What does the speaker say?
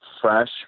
fresh